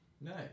nice